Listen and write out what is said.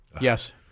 Yes